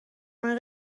mijn